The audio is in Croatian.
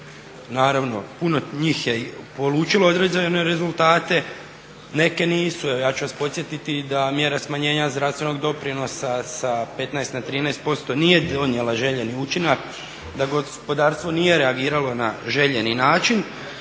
naravno puno njih je polučilo određene rezultate, neke nisu. Evo, ja ću vas podsjetiti da mjere smanjenja zdravstvenog doprinosa sa 15 na 13% nije donijela željeni učinak, da gospodarstvo nije reagiralo na željeni način,